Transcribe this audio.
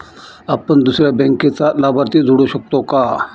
आपण दुसऱ्या बँकेचा लाभार्थी जोडू शकतो का?